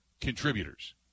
contributors